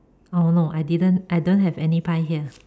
oh no I didn't I don't have any pie here